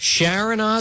Sharon